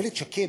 איילת שקד,